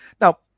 Now